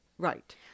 Right